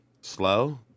Slow